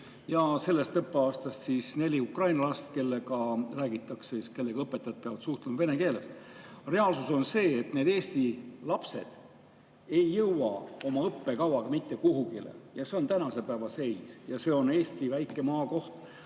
ja sellest õppeaastast neli ukraina last, kellega õpetajad peavad suhtlema vene keeles. Reaalsus on see, et eesti lapsed ei jõua oma õppekavaga mitte kuhugi. See on tänase päeva seis. Ja see on Eesti väike maakoht.